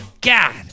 god